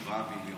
7 מיליון.